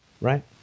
Right